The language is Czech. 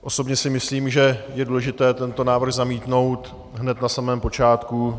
Osobně si myslím, že je důležité tento návrh zamítnout hned na samém počátku.